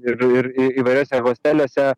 ir ir įvairiuose hosteliuose